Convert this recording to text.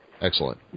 Excellent